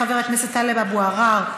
חבר הכנסת טלב אבו עראר,